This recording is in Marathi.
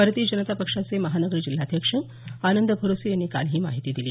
भारतीय जनता पक्षाचे महानगर जिल्हाध्यक्ष आनंद भरोसे यांनी काल ही माहिती दिली